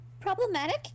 Problematic